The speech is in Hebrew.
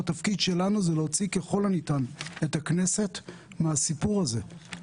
התפקיד שלנו הוא להוציא ככל הניתן את הכנסת מהסיפור הזה.